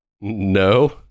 No